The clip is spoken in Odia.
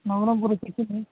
ନବରଙ୍ଗପୁରରେ କିଛି ନାଇଁ